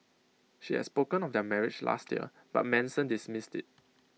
she had spoken of their marriage last year but Manson dismissed IT